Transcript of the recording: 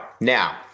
now